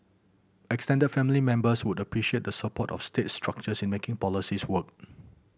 extended family members would appreciate the support of state structures in making policies work